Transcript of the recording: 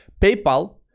PayPal